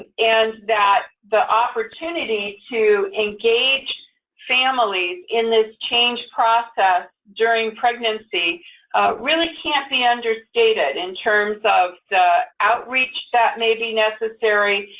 and and that the opportunity to engage families in this changed process during pregnancy really can't be understated, in terms of the outreach that may be necessary,